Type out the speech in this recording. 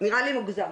נראה לי מוגזם.